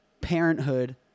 parenthood